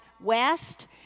West